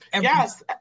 Yes